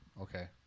Okay